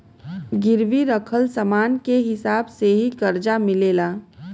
गिरवी रखल समान के हिसाब से ही करजा मिलेला